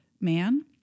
man